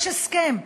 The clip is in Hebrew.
יש הסכם.